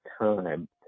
time